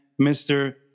Mr